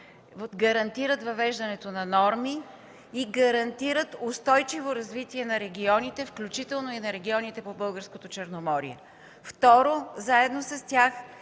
правила, въвеждането на норми и устойчиво развитие на регионите, включително и на регионите по българското Черноморие. Второ, заедно с тях,